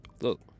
look